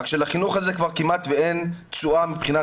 רק שלחינוך הזה כבר כמעט ואין תשואה מבחינת